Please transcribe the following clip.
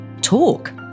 talk